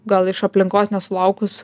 gal iš aplinkos nesulaukus